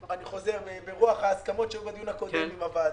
אני חוזר, ברוח ההסכמות שהיו לנו קודם עם הוועדה,